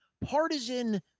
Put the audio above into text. partisan